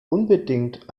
unbedingt